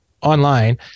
online